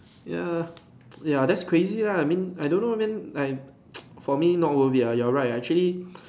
ya ya that's crazy lah I mean I don't know man I for me not worthy ya you are right actually